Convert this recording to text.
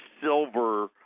silver